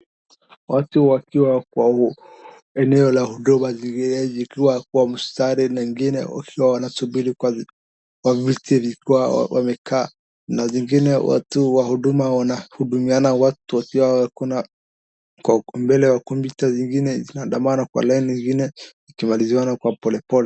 Watu wakiwa kwa eneo la Huduma zingine zikiwa kwa mstari, na ingine wakiwa wanasubiri kwa viti, kwa viti vikiwa wamekaa, na zingine watu wa huduma wanahudumiana watu wakiwa hakuna kwa mbele kwa mita zingine zinaandamana kwa laini ingine zikimaliziana kwa polepole.